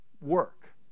Work